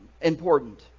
important